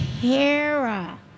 Kara